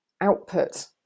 output